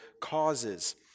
causes